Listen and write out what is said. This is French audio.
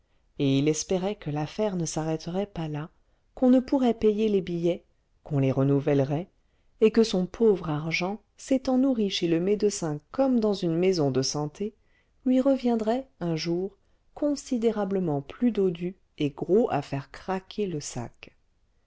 et il espérait que l'affaire ne s'arrêterait pas là qu'on ne pourrait payer les billets qu'on les renouvellerait et que son pauvre argent s'étant nourri chez le médecin comme dans une maison de santé lui reviendrait un jour considérablement plus dodu et gros à faire craquer le sac